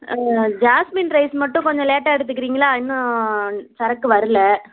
jasmine rice மட்டும் கொஞ்சம் லேட்டாக எடுத்துக்கிறீங்களா இன்னும் சரக்கு வரலை